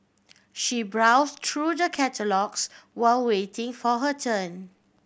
she browse through the catalogues while waiting for her turn